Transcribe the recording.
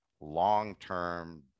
long-term